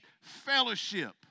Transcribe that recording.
fellowship